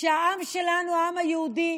שהעם שלנו, העם היהודי,